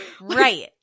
Right